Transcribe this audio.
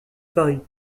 paris